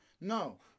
no